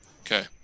Okay